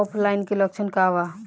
ऑफलाइनके लक्षण क वा?